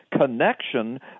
connection